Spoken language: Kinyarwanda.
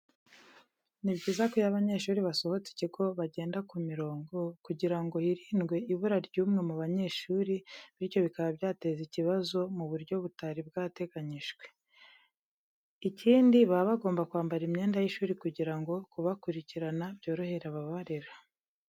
Ni byiza ko iyo abanyeshuri basohotse ikigo bagenda ku mirongo, kugira ngo hirindwe ibura ry'umwe mu banyeshuri, bityo bikaba byateza ikibazo mu buryo butari bwateganyijwe. Ikindi baba bagomba kwambara imyenda y'ishuri kugira ngo kubakurikirana byorohere ababarera.